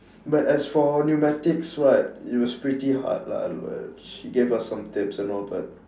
but as for pneumatics right it was pretty hard lah she gave us some tips and all but